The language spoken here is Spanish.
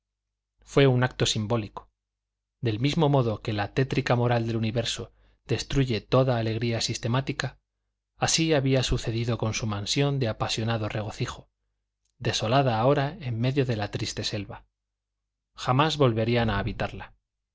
fué un acto simbólico del mismo modo que la tétrica moral del universo destruye toda alegría sistemática así había sucedido con su mansión de apasionado regocijo desolada ahora en medio de la triste selva jamás volverían a habitarla